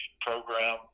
program